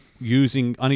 using